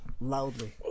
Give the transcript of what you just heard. loudly